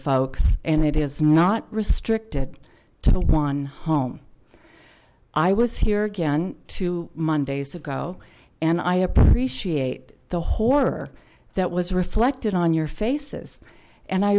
folks and it is not restricted to the one home i was here again two monday's ago and i appreciate the horror that was reflected on your faces and i